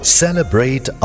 celebrate